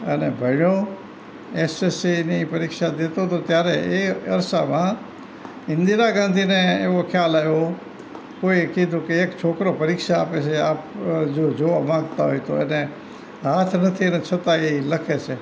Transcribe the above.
અને ભણ્યો એસએસસીની પરીક્ષા દેતો હતો ત્યારે એ અરસામાં ઇન્દિરા ગાંધીને એવો ખ્યાલ આવ્યો કોઈએ કીધું કે એક છોકરો પરીક્ષા આપે છે આપ જો જોવા માંગતા હોય તો એને હાથ નથી ને છતાંય એ લખે છે